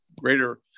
greater